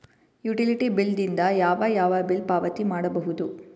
Utility bill ದಿಂದ ಯಾವ ಯಾವ ಬಿಲ್ ಪಾವತಿ ಮಾಡಬಹುದು?